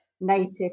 native